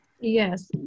Yes